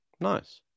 Nice